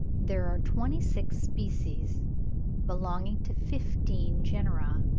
there are twenty-six species belonging to fifteen genera,